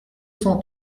cent